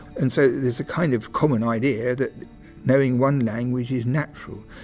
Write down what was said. and so there's a kind of common idea that knowing one language is natural.